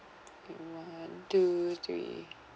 and one two three